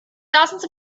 thousands